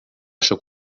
sóc